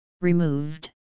removed